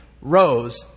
rose